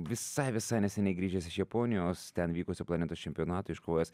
visai visai neseniai grįžęs iš japonijos ten vykusio planetos čempionato iškovojęs